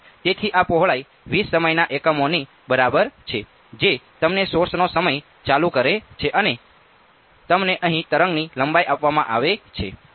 તેથી આ પહોળાઈ 20 સમયના એકમોની બરાબર છે જે તમને સોર્સનો સમય ચાલુ કરે છે અને તમને અહીં તરંગની લંબાઈ આપવામાં આવે છે